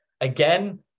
again